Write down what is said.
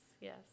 yes